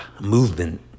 movement